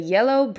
Yellow